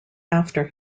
after